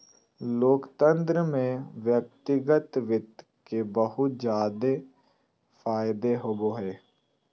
लोकतन्त्र में व्यक्तिगत वित्त के बहुत जादे फायदा होवो हय